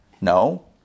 No